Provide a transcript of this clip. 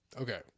Okay